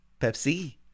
Pepsi